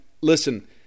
Listen